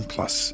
Plus